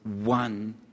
one